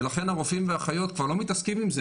ולכן הרופאים והאחיות כבר לא מתעסקים עם זה.